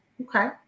Okay